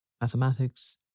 Mathematics